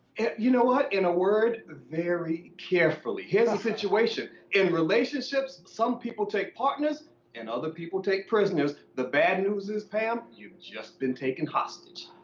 you know what? in a word, very carefully. here's the situation. in relationships, some people take partners and other people take prisoners. the bad news is, pam, you just been taken hostage.